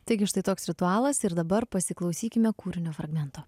taigi štai toks ritualas ir dabar pasiklausykime kūrinio fragmento